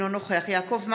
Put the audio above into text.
אינו נוכח יעקב מרגי,